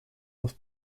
los